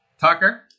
Tucker